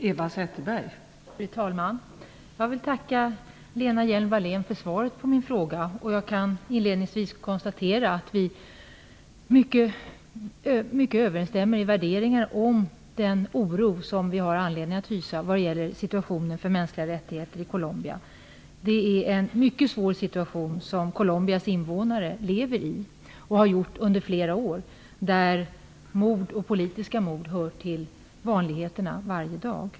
Fru talman! Jag vill tacka Lena Hjelm-Wallén för svaret på min fråga. Jag kan inledningsvis konstatera att våra värderingar överensstämmer i fråga om den oro vi har anledning att hysa vad gäller situationen för mänskliga rättigheter i Colombia. Det är en mycket svår situation som Colombias invånare har levt i under många år och lever i för närvarande . Politiska mord hör till vanligheterna varje dag.